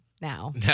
now